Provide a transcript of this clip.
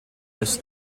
its